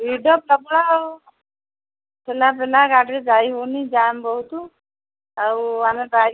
ଭିଡ଼ ପ୍ରବଳ ଆଉ ଠେଲାପେଲା ଗାଡ଼ିରେ ଯାଇ ହେଉନି ଜାମ୍ ବହୁତ ଆଉ ଆମେ ବାଇକ୍